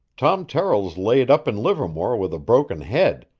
tom terrill's laid up in livermore with a broken head,